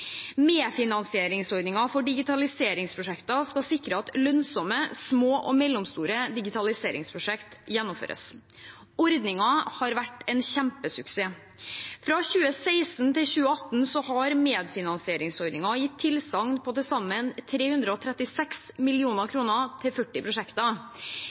for digitaliseringsprosjekter skal sikre at lønnsomme, små og mellomstore digitaliseringsprosjekt gjennomføres. Ordningen har vært en kjempesuksess. Fra 2016 til 2018 har medfinansieringsordningen gitt tilsagn på til sammen 336 mill. kr til 40 prosjekter.